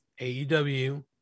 AEW